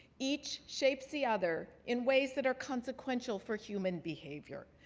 each shapes the other in ways that are consequential for human behavior.